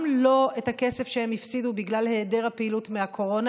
גם לא את הכסף שהם הפסידו בגלל היעדר הפעילות מהקורונה.